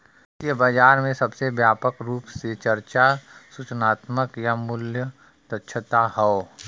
वित्तीय बाजार में सबसे व्यापक रूप से चर्चा सूचनात्मक या मूल्य दक्षता हौ